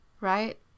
right